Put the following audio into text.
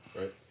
Right